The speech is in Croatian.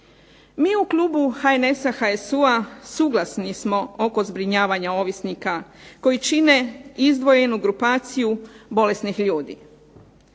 Mi u klubu HNS-HSU-a suglasni smo oko zbrinjavanja ovisnika koji čine izdvojenu grupaciju bolesnih ljudi.